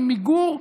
עם מיגור,